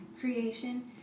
creation